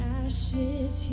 ashes